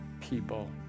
people